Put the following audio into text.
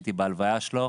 הייתי בהלוויה שלו.